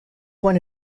one